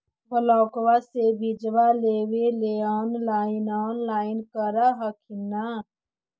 ब्लोक्बा से बिजबा लेबेले ऑनलाइन ऑनलाईन कर हखिन न?